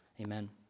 Amen